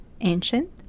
ancient